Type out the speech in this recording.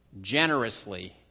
generously